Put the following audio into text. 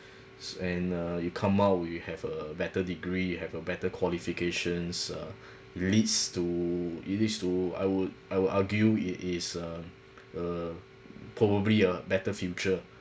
and err you come out will you have a better degree you have a better qualifications uh it leads to it is to I would I would argue it is uh uh probably a better future